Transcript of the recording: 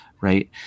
Right